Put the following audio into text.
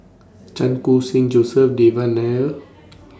Chan Khun Sing Joseph Devan Nair